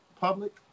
public